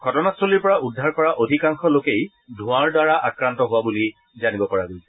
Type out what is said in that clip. ঘটনাস্থলীৰ পৰা উদ্ধাৰ কৰা অধিকাংশ লোকেই ধোৱাৰ দ্বাৰা আক্ৰান্ত হোৱা বুলি জানিব পৰা গৈছে